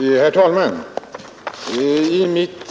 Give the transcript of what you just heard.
Herr talman! I mitt